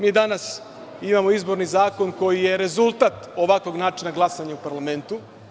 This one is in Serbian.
Danas imamo izborni zakon koji je rezultat ovakvog načina glasanja u parlamentu.